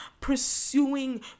pursuing